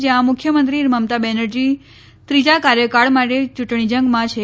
જયાં મુખ્યમંત્રી મમતા બેનર્જી ત્રીજા કાર્યકાળ માટે ચુંટણી જંગમાં છે